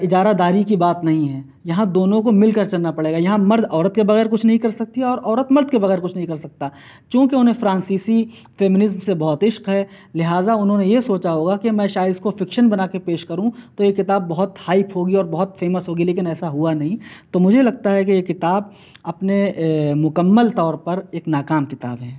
اجارہ داری کی بات نہیں ہے یہاں دونوں کو مل کر چلنا پڑے گا یہاں مرد عورت کے بغیر کچھ نہیں کر سکتی اور عورت مرد کے بغیر کچھ نہیں کر سکتا چونکہ اُنہیں فرانسی فیمنزم سے بہت عشق ہے لہذا اُنہو ں نے یہ سوچا ہوگا کہ میں شاید اِس کو فکشن بنا کے پیش کروں تو یہ کتاب بہت ہائپ ہوگی اور بہت فیمس ہوگی لیکن ایسا ہُوا نہیں تو مجھے لگتا ہے کہ یہ کتاب اپنے مکمل طور پر ایک ناکام کتاب ہے